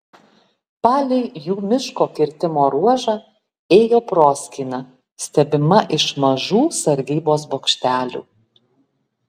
palei jų miško kirtimo ruožą ėjo proskyna stebima iš mažų sargybos bokštelių